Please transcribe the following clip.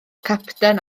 capten